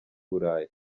burayi